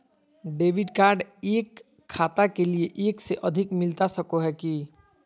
Debit card एक खाता के लिए एक से अधिक मिलता सको है की?